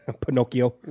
Pinocchio